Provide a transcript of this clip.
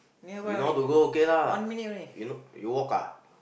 you know how to go okay lah you know you walk ah